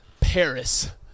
Paris